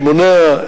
שמונע,